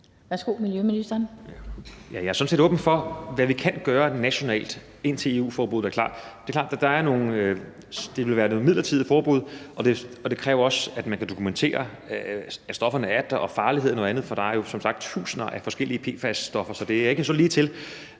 Jeg er sådan set åben for, hvad vi kan gøre nationalt, indtil EU-forbuddet er klart. Der er klart, at det vil være nogle midlertidige forbud, og at det også kræver, at man kan dokumentere, at stofferne er der, farligheden og andet. For der er jo som sagt tusinder af forskellige PFAS-stoffer. Så det er ikke så ligetil;